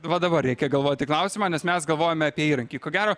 va dabar reikia galvoti klausimą nes mes galvojame apie įrankį ko gero